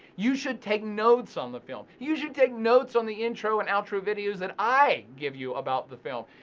you should take notes on the film, you should take notes on the intro, and out-tro videos that i give you about the film.